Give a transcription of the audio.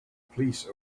police